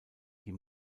die